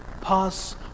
pass